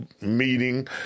meeting